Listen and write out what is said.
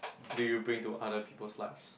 do you bring to other people's lives